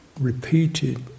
repeated